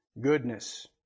goodness